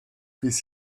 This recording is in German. bis